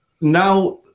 Now